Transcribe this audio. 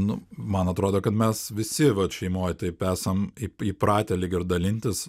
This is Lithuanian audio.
nu man atrodo kad mes visi vat šeimoj taip esam įpratę lyg ir dalintis